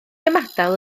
ymadael